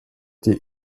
die